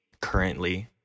currently